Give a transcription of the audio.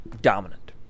dominant